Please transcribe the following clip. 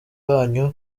banyu